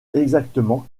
exactement